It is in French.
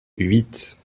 huit